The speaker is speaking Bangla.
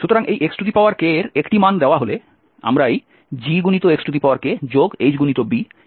সুতরাং এই xkএর একটি মান দেওয়া হলে আমরা এই GxHb এর মান গণনা করব